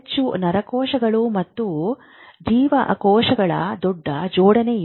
ಹೆಚ್ಚು ನರಕೋಶಗಳು ಮತ್ತು ಜೀವಕೋಶಗಳ ದೊಡ್ಡ ಜೋಡಣೆ ಇವೆ